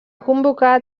convocar